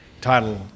title